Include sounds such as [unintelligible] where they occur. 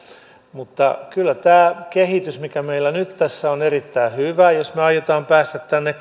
mutta kyllä tämä kehitys mikä meillä nyt tässä on on erittäin hyvä jos me aiomme päästä tänne [unintelligible]